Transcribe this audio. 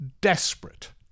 desperate